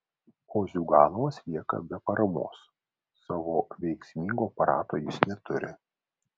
o ziuganovas lieka be paramos savo veiksmingo aparato jis neturi